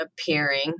appearing